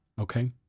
Okay